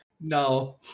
No